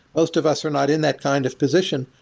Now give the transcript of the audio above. most of us are not in that kind of position.